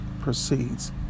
proceeds